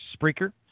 Spreaker